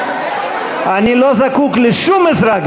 אני לא זקוק לשום עזרה,